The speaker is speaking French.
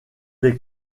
les